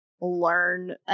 learn